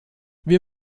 wir